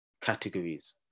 categories